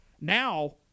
Now